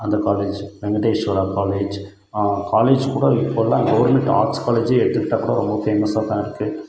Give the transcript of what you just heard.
அந்த college Venkateswara college college கூட இப்போலாம் கவர்மெண்ட் ஆர்ட்ஸ் காலேஜே எடுத்துக்கிட்டால் கூட ரொம்ப ஃபேமஸாக தான் இருக்குது